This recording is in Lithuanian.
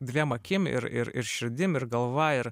dviem akim ir ir ir širdim ir galva ir